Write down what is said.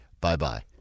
Bye-bye